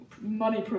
money